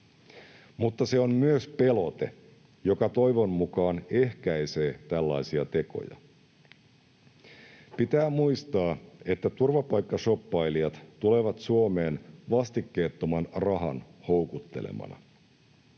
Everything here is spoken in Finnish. mutta se on myös pelote, joka toivon mukaan ehkäisee tällaisia tekoja. Pitää muistaa, että turvapaikkashoppailijat tulevat Suomeen vastikkeettoman rahan houkuttelemana.